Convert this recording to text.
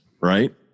right